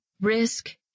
risk